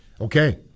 Okay